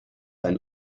ein